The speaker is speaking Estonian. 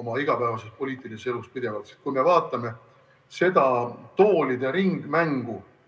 oma igapäevases poliitilises elus pidevalt. Kui me vaatame seda toolidega ringmängu,